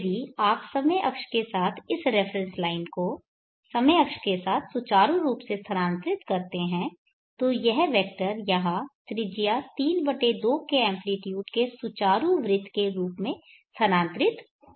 यदि आप समय अक्ष के साथ इस रेफरेन्स लाइन को समय अक्ष के साथ सुचारू रूप से स्थानांतरित करते हैं तो यह वेक्टर यहां त्रिज्या 32 के एम्प्लीट्यूड के सुचारू वृत्त के रूप में स्थानांतरित होगा